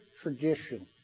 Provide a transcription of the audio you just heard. tradition